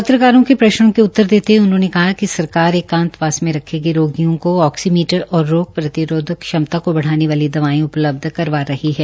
चकूला के प्रश्नों के उत्तर देते हये उन्होंने कहा कि सरकार एकांतवास में रखे गये रोगियों को आक्सीमीटर और रोग प्रतिरोधक क्षमता को बढ़ाने वाली दवायें उ लब्ध करवा रही है